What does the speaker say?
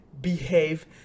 behave